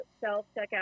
self-checkout